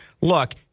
look